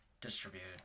distributed